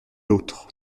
l’autre